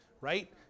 right